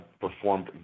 performed